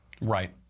Right